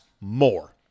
more